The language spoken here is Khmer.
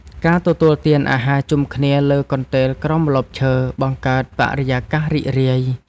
ការទទួលទានអាហារជុំគ្នាលើកន្ទេលក្រោមម្លប់ឈើ បង្កើតបរិយាកាសរីករាយ។